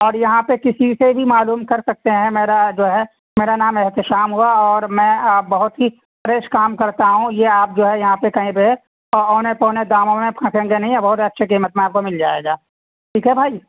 اور یہاں پہ کسی سے بھی معلوم کر سکتے ہیں میرا جو ہے میرا نام احتشام ہوگا اور میں بہت ہی فریش کام کرتا ہوں یہ آپ جو ہے یہاں پہ کہیں پہ اونے پونے داموں میں پھنسیں گے نہیں بہت اچھی قیمت میں آپ کو مل جائے گا ٹھیک ہے بھائی